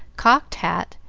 cocked hat,